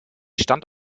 stand